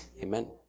Amen